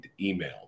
email